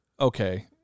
okay